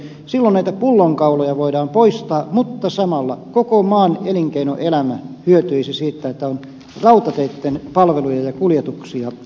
silloin näitä pullonkauloja voidaan poistaa mutta samalla koko maan elinkeinoelämä hyötyisi siitä että on rautateitten palveluja ja kuljetuksia lähellä